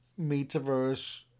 metaverse